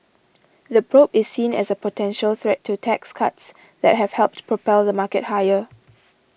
the probe is seen as a potential threat to tax cuts that have helped propel the market higher